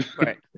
Right